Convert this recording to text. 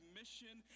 mission